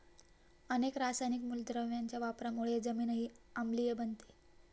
अनेक रासायनिक मूलद्रव्यांच्या वापरामुळे जमीनही आम्लीय बनते